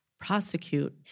prosecute